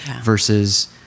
versus